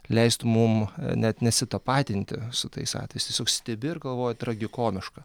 leistų mum net nesitapatinti su tais atvejais tiesiog stebi ir galvoji tragikomiška